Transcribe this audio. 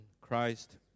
Christ